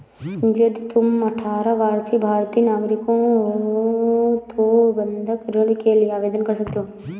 यदि तुम अठारह वर्षीय भारतीय नागरिक हो तो बंधक ऋण के लिए आवेदन कर सकते हो